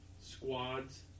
squads